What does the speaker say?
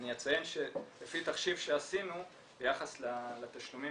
אני אציין שלפי תחשיב שעשינו ביחס לתשלומים